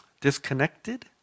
disconnected